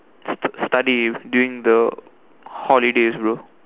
stu~ study during the holidays bro